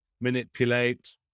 manipulate